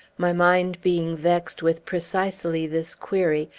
my mind being vexed with precisely this query,